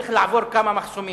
צריך לעבור כמה מחסומים.